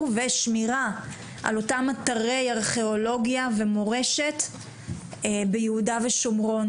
ושמירה על אותם אתרי ארכיאולוגיה ומורשת ביהודה ושומרון.